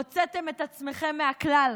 הוצאתם את עצמכם מהכלל,